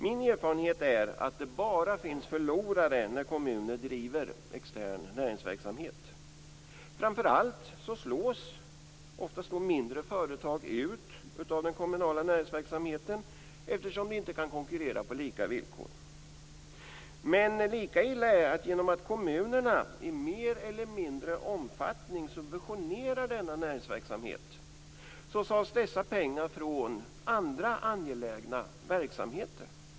Min erfarenhet är att det bara finns förlorare när kommuner bedriver extern näringsverksamhet. Framför allt slås ofta mindre företag ut av den kommunala näringsverksamheten eftersom de inte kan konkurrera på lika villkor. Lika illa är dock att eftersom kommunerna i större eller mindre omfattning subventionerar denna näringsverksamhet tas dessa pengar från andra angelägna verksamheter.